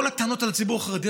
כל הטענות על הציבור החרדי.